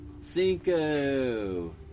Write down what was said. Cinco